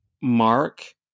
mark